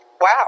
wow